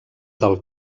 del